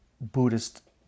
Buddhist